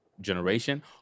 Generation